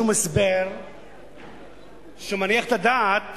שום הסבר שמניח את הדעת